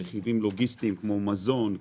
רכיבים לוגיסטיים כמו מזון,